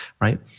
right